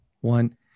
one